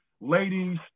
Ladies